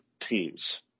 teams